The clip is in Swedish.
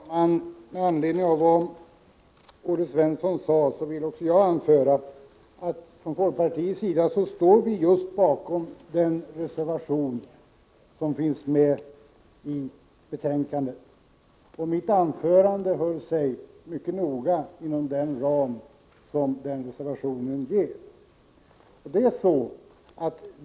Herr talman! Med anledning av vad Olle Svensson sade vill jag också anföra att vi inom folkpartiet står bakom den reservation som fogats till betänkandet i detta avseende. I mitt anförande höll jag mig mycket noga inom ramen för den reservationen.